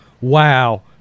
Wow